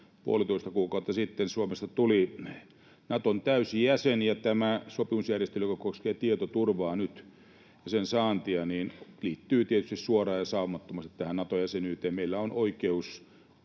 puolitoista kuukautta sitten Suomesta tuli Naton täysjäsen, ja tämä sopimusjärjestely, joka koskee tietoturvaa ja sen saantia, liittyy tietysti suoraan ja saumattomasti tähän Nato-jäsenyyteen. Meillä on oikeus